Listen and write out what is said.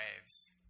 waves